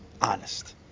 honest